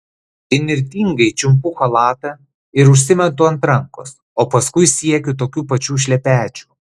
įnirtingai čiumpu chalatą ir užsimetu ant rankos o paskui siekiu tokių pačių šlepečių